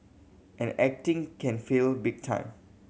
and acting can fail big time